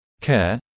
care